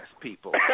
people